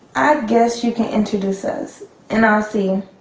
guess you could introduce us and i'll see